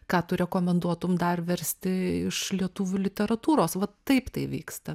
ką tu rekomenduotum dar versti iš lietuvių literatūros vat taip tai vyksta